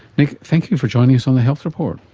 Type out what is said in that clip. nick, thank you for joining us on the health report.